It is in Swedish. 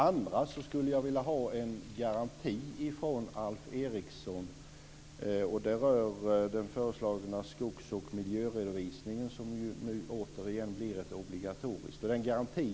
Sedan skulle jag vilja ha en garanti från Alf Eriksson. Det gäller den föreslagna skogs och miljöredovisningen som nu återigen blir obligatorisk.